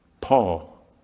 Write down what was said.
Paul